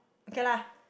okay lah